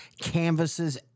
canvases